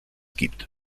gibt